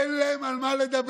אין להם על מה לדבר,